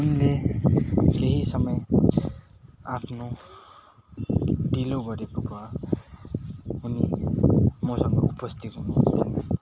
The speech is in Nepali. उनले केही समय आफ्नो ढिलो गरेको भए उनी मसँग उपस्थित हुनुहुन्थेन